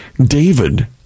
David